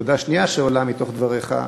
נקודה שנייה שעולה מתוך דבריך,